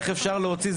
איך אפשר להוציא.